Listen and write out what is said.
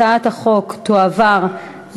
התשע"ה 2014,